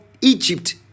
egypt